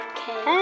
Okay